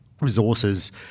resources